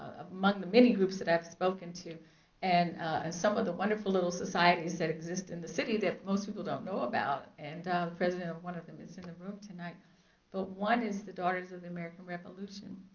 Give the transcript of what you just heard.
among the many groups that i've spoken to and some of the wonderful little societies that exist in the city that most people don't know about and the president of one of them is in the room tonight but one is the daughters of the american revolution.